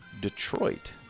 Detroit